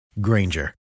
Granger